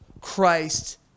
Christ